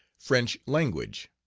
french language.